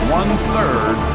one-third